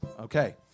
Okay